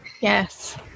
yes